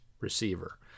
receiver